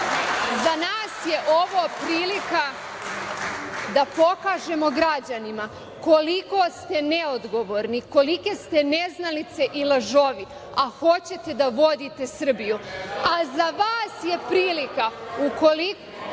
nas je ovo prilika da pokažemo građanima koliko ste neodgovorni, kolike ste neznalice i lažovi, a hoćete da vodite Srbiju, a za vas je prilika, ukoliko